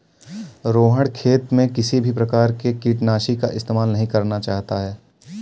रोहण खेत में किसी भी प्रकार के कीटनाशी का इस्तेमाल नहीं करना चाहता है